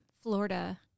Florida